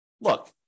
look